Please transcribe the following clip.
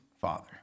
Father